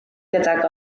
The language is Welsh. gydag